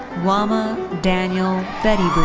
wama daniel